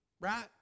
right